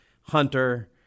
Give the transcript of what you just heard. Hunter